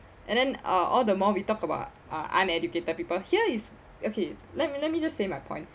and then uh all the more we talk about uh uneducated people here is okay let me let me just say my point